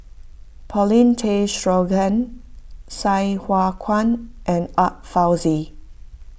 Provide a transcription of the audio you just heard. Paulin Tay Straughan Sai Hua Kuan and Art Fazil